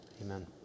amen